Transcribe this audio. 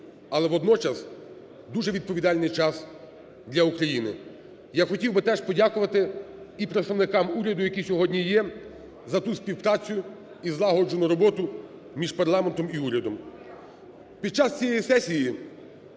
але водночас дуже відповідальний час для України. Я хотів би теж подякувати і представникам уряду, які сьогодні є, за ту співпрацю і злагоджену роботу між парламентом і урядом.